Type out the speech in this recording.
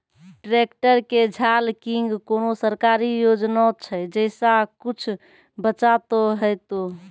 Tractor के झाल किंग कोनो सरकारी योजना छ जैसा कुछ बचा तो है ते?